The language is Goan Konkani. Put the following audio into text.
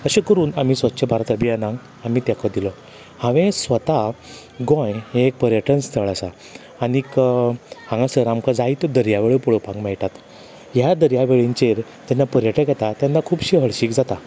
अशें करून आमी स्वच्छ भारत अभियानाक आमी तेंको दिलो हांवें स्वता गोंय हें एक पर्यटन स्थळ आसा आनीक हांगासर आमकां जायत्यो दर्यावेळो पळोवपाक मेळटात ह्या दर्या वेळींचेर जेन्ना पर्यटक येता तेन्ना खूबशें हळशीक जाता